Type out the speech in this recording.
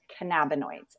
cannabinoids